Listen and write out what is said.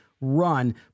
run